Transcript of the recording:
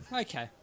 Okay